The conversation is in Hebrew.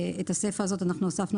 את הסיפה הזאת אנחנו הוספנו